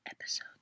Episode